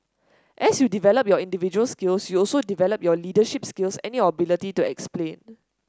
as you develop your individual skills you also develop your leadership skills and your ability to explain